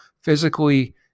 physically